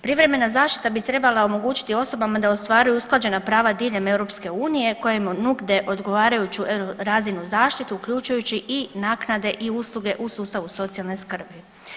Privremena zaštita bi trebala omogućiti osobama da ostvaruju usklađena prava diljem EU koji im nude odgovarajuću razinu zaštite uključujući i naknade i usluge u sustavu socijalne skrbi.